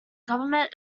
government